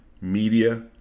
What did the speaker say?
media